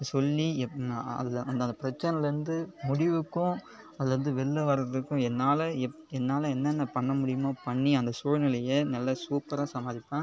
சொல்லி அந்த அந்த பிரச்சினையிலிருந்து முடிவுக்கு அதிலேருந்து வெளில வரதுக்கும் என்னால் என்னென்ன பண்ண முடியுமோ பண்ணி அந்த சூழ்நிலையை நல்ல சூப்பராக சமாளிப்பேன்